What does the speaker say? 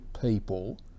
people